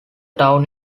town